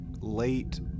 late